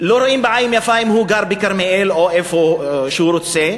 לא רואים בעין יפה אם הוא גר בכרמיאל או איפה שהוא רוצה,